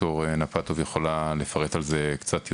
וד"ר נטפוב יכולה לפרט על זה קצת יותר.